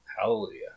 hallelujah